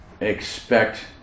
expect